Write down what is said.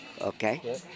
okay